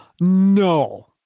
No